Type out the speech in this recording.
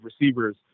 receivers